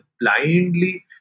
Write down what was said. blindly